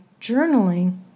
journaling